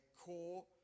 core